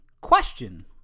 question